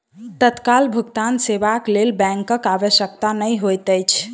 तत्काल भुगतान सेवाक लेल बैंकक आवश्यकता नै होइत अछि